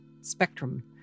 spectrum